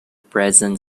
present